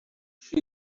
she